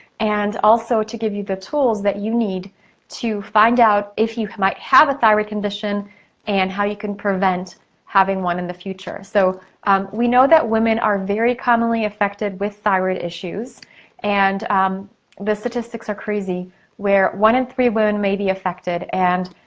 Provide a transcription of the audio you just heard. and also to give you the tools that you need to find out if you might have a thyroid condition and how you can prevent having one in the future. so we know that women are very commonly affected with thyroid issues and um the statistics are crazy where one in three women may be affected and,